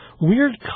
weird